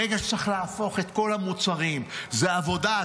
ברגע שצריך להפוך את כל המוצרים זו עבודה,